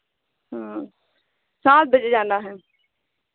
सात बजे जाना है